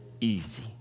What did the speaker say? easy